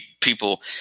people